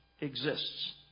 exists